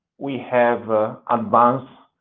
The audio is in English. we have ah advanced